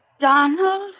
Donald